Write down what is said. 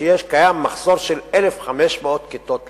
שקיים מחסור של 1,500 כיתות לימוד,